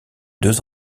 deux